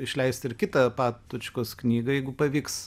išleisti ir kitą patočkos knygą jeigu pavyks